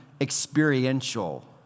experiential